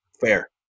Fair